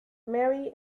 mary